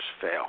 fail